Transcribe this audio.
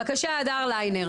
בבקשה הדר ליינר.